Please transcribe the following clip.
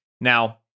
Now